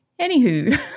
Anywho